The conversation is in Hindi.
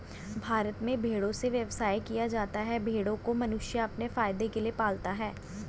भारत में भेड़ों से व्यवसाय किया जाता है भेड़ों को मनुष्य अपने फायदे के लिए पालता है